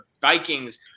Vikings